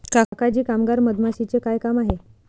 काका जी कामगार मधमाशीचे काय काम आहे